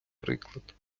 приклад